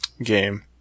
game